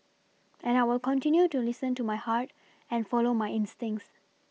and I will continue to listen to my heart and follow my instincts